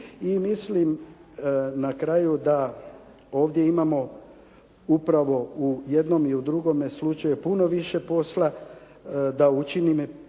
mislim na kraju da ovdje imamo upravo u jednom i u drugome slučaju puno više posla da učinimo